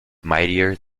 mightier